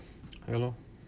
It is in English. ya loh